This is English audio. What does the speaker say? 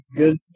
good